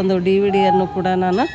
ಒಂದು D V ಡಿಯನ್ನು ಕೂಡ ನಾನು